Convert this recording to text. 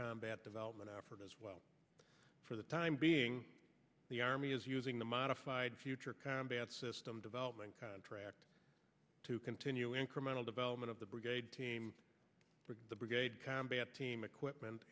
combat development effort as well for the time being the army is using the modified future combat system development contract to continue incremental development of the brigade team the brigade combat team equipment